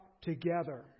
together